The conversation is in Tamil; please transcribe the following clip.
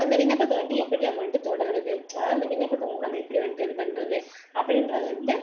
அந்த விண்ணப்பத்தை வந்துட்டு எப்படி நம்ம வந்துட்டு தொடர்றது அதாவது அந்த விண்ணப்பத்தை வந்து நம்ம எப்படி வந்துவிட்டு இது பண்ணுறது அப்படின்றத வந்துட்டு